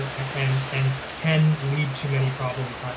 and and can lead to many problems.